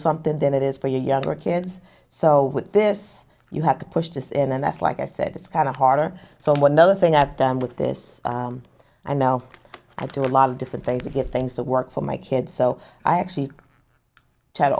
something then it is for younger kids so with this you have to push this in and that's like i said it's kind of hard or so one other thing i've done with this and now i do a lot of different things to get things to work for my kids so i actually try to